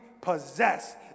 possessed